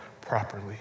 properly